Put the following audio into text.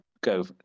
go